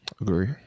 Agree